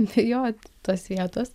bijoti tos vietos